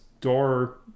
door